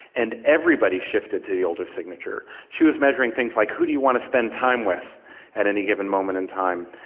and everybody shifted to the older signature. she was measuring things like who do you want to spend time with at any given moment in time?